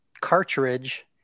cartridge